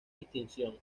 distinción